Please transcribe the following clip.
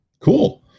Cool